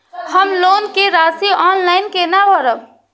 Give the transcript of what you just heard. हम लोन के राशि ऑनलाइन केना भरब?